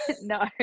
No